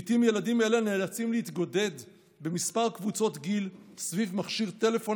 לעיתים ילדים אלה נאלצים להתגודד בכמה קבוצות גיל סביב מכשיר טלפון